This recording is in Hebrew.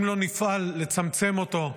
אם לא נפעל לצמצם אותו,